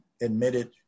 admitted